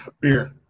Beer